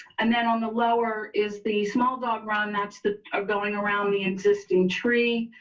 and then on the lower is the small dog run. that's the going around the existing tree